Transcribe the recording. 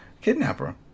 kidnapper